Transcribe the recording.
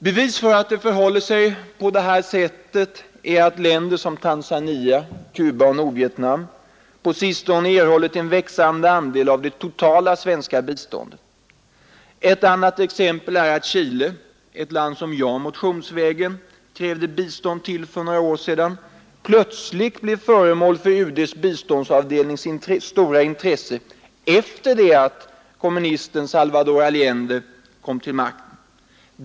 Bevis på att det förhåller sig på detta sätt är att länder som Tanzania, Cuba och Nordvietnam på sistone erhållit en växande andel av det totala svenska biståndet. Ett annat exempel är att Chile, ett land som jag motionsvägen krävde bistånd till för några år sedan, plötsligt blev föremål för UD:s biståndsavdelnings stora intresse efter det att kommunisten Salvador Allende kom till makten.